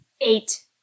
eight